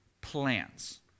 plans